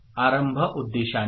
आरंभ उद्देशाने